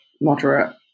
moderate